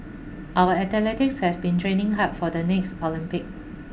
our athletes have been training hard for the next Olympic